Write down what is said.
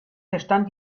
verstand